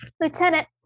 Lieutenant